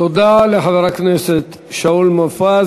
תודה לחבר הכנסת שאול מופז.